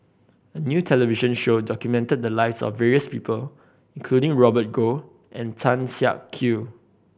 a new television show documented the lives of various people including Robert Goh and Tan Siak Kew